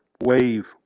wave